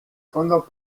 fondos